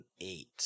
eight